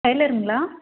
டெய்லருங்களா